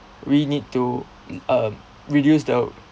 we need to mm uh reduce the